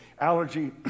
allergy